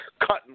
cutting